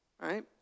right